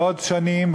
בעוד שנים?